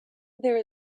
there